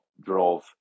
drove